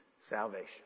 salvation